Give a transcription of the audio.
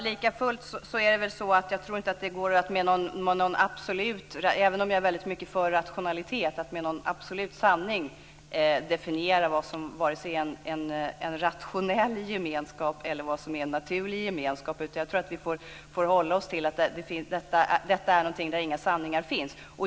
Fru talman! Likafullt tror jag inte, även om jag är väldigt mycket för rationalitet, att det går att med någon absolut sanning definiera vare sig en rationell gemenskap eller en naturlig gemenskap. Jag tror att vi får hålla oss till att detta är ett område där inga sanningar finns.